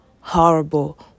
horrible